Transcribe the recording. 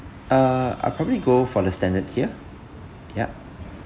uh I'll probably go for the standard tier yup